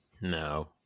No